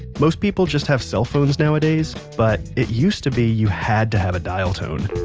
most people just have cell phones nowadays, but it used to be you had to have a dial tone.